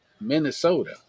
Minnesota